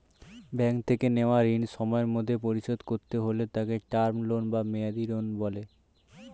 bank থেকে নেওয়া ঋণ সময়ের মধ্যে পরিশোধ করতে হলে তাকে টার্ম লোন বা মেয়াদী ঋণ বলে